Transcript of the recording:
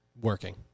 working